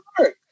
work